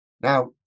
Now